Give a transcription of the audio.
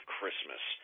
Christmas